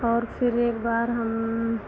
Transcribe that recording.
और फिर एक बार हम